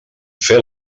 fer